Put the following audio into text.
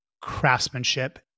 craftsmanship